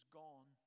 gone